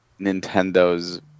Nintendo's